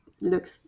looks